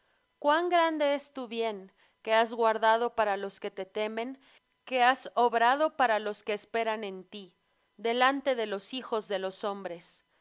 cuán grande es tu bien que has guardado para los que te temen que has obrado para los que esperan en ti delante de los hijos de los hombres